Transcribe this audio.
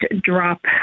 drop